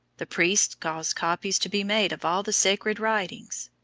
the priests caused copies to be made of all the sacred writings.